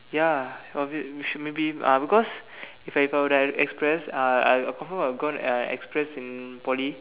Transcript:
ya obvious we should maybe uh because if I would have been at express uh I I confirm will go uh express in Poly